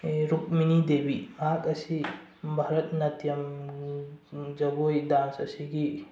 ꯔꯨꯞꯃꯤꯅꯤ ꯗꯦꯕꯤ ꯃꯍꯥꯛ ꯑꯁꯤ ꯚꯥꯔꯠ ꯅꯥꯇꯤꯌꯝ ꯖꯒꯣꯏ ꯗꯥꯟꯁ ꯑꯁꯤꯒꯤ